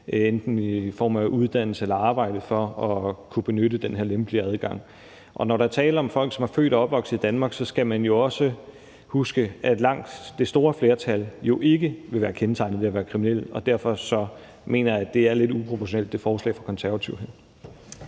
enten i form af uddannelse eller arbejde, for at kunne benytte den her lempeligere adgang. Og når der er tale om folk, som er født og opvokset i Danmark, skal man også huske, at langt det største flertal jo ikke ville være kendetegnet ved at være kriminelle, og derfor mener jeg, at det her forslag fra Konservative